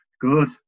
Good